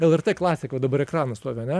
lrt klasika va dabar ekranas stovi ane